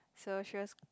so she was